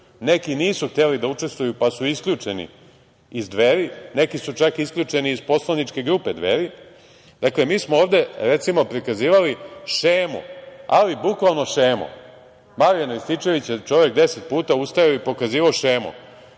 Neki nisu hteli da učestvuju, pa su isključeni iz Dveri, neki su čak isključeni iz poslaničke grupe Dveri. Dakle, mi smo ovde, recimo, prikazivali šemu, ali bukvalno šemu. Marijan Rističević je deset puta ustajao i pokazivao šemu